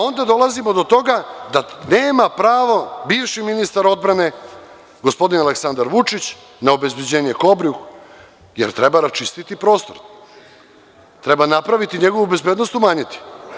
Onda dolazimo do toga da nema pravo bivši ministar odbrane, gospodin Aleksandar Vučić na obezbeđenje „Kobri“, jer treba raščistiti prostor, treba njegovu bezbednost umanjiti.